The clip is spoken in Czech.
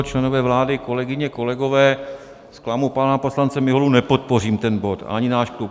Členové vlády, kolegyně, kolegové, zklamu pana poslance Miholu, nepodpořím ten bod, ani náš klub.